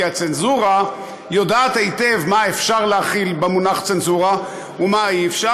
כי הצנזורה יודעת היטב מה אפשר להכיל במונח "צנזורה" ומה אי-אפשר,